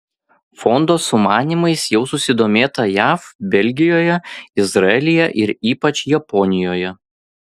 fondo sumanymais jau susidomėta jav belgijoje izraelyje ir ypač japonijoje